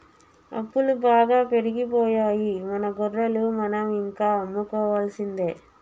అప్పులు బాగా పెరిగిపోయాయి మన గొర్రెలు మనం ఇంకా అమ్ముకోవాల్సిందే